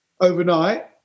overnight